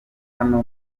hano